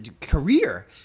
career